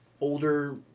older